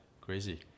Crazy